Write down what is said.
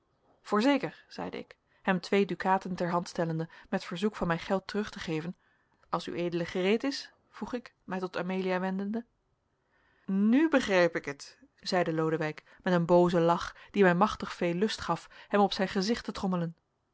voorzeker zeide ik hem twee dukaten ter hand stellende met verzoek van mij geld terug te geven als ued gereed is vroeg ik mij tot amelia wendende nu begrijp ik het zeide lodewijk met een boozen lach die mij machtig veel lust gaf hem op zijn gezicht te trommelen